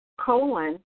colon